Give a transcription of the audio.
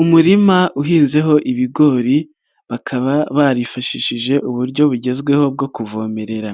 Umurima uhinzeho ibigori, bakaba barifashishije uburyo bugezweho bwo kuvomerera.